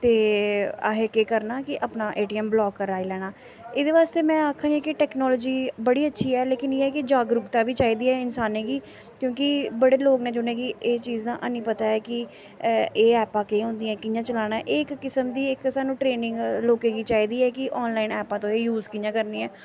ते अहें केह् करना कि अपना ए टी एम ब्लाक कराई लैना एह्दे बास्तै में आक्खनी कि टैकनोलजी बड़ी अच्छी ऐ लेकिन एह् कि जागरूकता बी चाहिदी ऐ इंसानें गी क्योंकि बड़े लोक न जुनेंगी एह् चीज दा हैनी पता ऐ कि एह् ऐपां केह् होंदियां कियां चलाना एह् इक किसम दी इक सानूं ट्रेनिंग लोकें गी चाहिदी ऐ कि आनलाइन ऐपां तुस यूज कि'यां करनियां